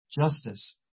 justice